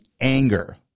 anger